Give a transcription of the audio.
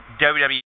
WWE